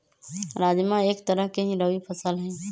राजमा एक तरह के ही रबी फसल हई